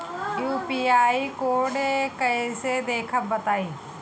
UPI code कैसे देखब बताई?